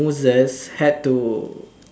Moses had to